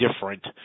different